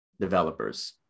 developers